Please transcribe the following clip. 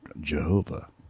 Jehovah